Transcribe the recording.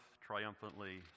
triumphantly